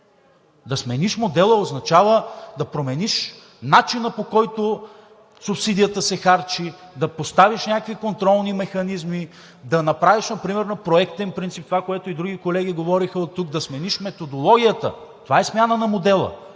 Да смениш модела означава да промениш начина, по който субсидията се харчи, да поставиш някакви контролни механизми, да направиш примерно проектен принцип това, което и други колеги говориха оттук – да смениш методологията, това е смяна на модела.